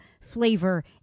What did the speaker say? flavor